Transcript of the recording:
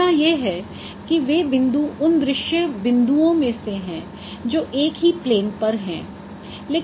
धारणा यह है कि वे बिंदु उन दृश्य बिंदुओं में से हैं जो एक ही प्लेन पर हैं